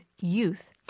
youth